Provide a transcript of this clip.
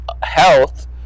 health